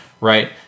right